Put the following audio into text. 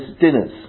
dinners